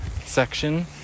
section